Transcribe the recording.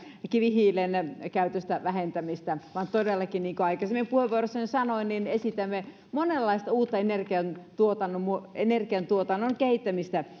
kivihiilen käytön vähentämistä vaan todellakin niin kuin aikaisemmin puheenvuorossani sanoin esitämme monenlaista uutta energiantuotannon energiantuotannon kehittämistä